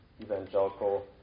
evangelical